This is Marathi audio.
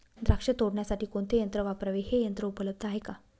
द्राक्ष तोडण्यासाठी कोणते यंत्र वापरावे? हे यंत्र उपलब्ध आहे का?